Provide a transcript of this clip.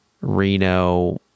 Reno